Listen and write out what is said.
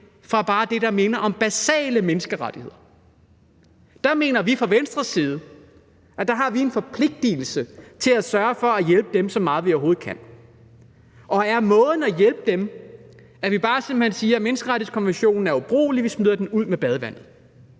fra bare det, der minder om basale menneskerettigheder. Der mener vi fra Venstres side, at vi har en forpligtelse til at sørge for at hjælpe dem så meget, vi overhovedet kan. Og er måden at hjælpe dem, at vi bare simpelt hen siger: Menneskerettighedskonventionen er ubrugelig; vi smider den ud med badevandet?